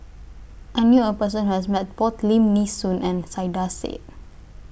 I knew A Person Who has Met Both Lim Nee Soon and Saiedah Said